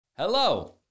Hello